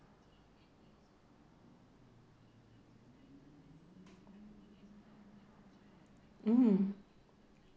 mmhmm